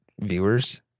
viewers